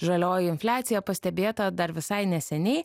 žalioji infliacija pastebėta dar visai neseniai